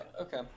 okay